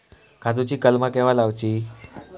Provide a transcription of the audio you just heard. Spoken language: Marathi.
काजुची कलमा केव्हा लावची?